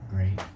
Great